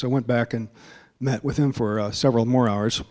so i went back and met with him for several more hours